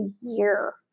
year